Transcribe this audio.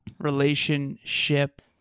relationship